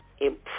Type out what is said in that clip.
improve